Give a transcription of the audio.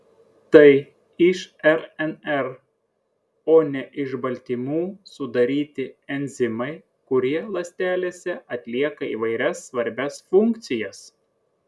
tai iš rnr o ne iš baltymų sudaryti enzimai kurie ląstelėse atlieka įvairias svarbias funkcijas